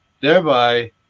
thereby